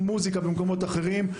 מוזיקה במקומות אחרים,